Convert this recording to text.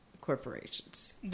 corporations